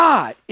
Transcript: God